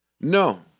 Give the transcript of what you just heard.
No